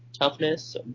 toughness